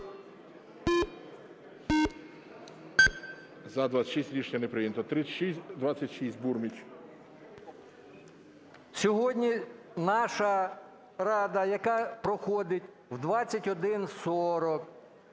Сьогодні наша Рада, яка проходить о 21:40,